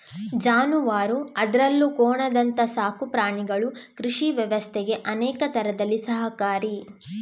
ಜಾನುವಾರು ಅದ್ರಲ್ಲೂ ಕೋಣದಂತ ಸಾಕು ಪ್ರಾಣಿಗಳು ಕೃಷಿ ವ್ಯವಸ್ಥೆಗೆ ಅನೇಕ ತರದಲ್ಲಿ ಸಹಕಾರಿ